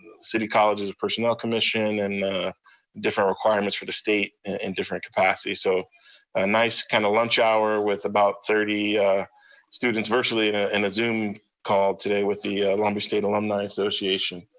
city college's personnel commission and different requirements for the state in different capacity. so a nice kind of lunch hour with about thirty students, virtually, in ah in a zoom call today with the long beach state alumni association.